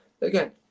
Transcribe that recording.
again